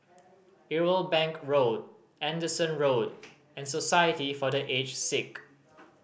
Irwell Bank Road Anderson Road and Society for The Aged Sick